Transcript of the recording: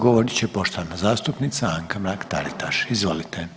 govorit će poštovana zastupnica Anka Mrak-Taritaš, izvolite.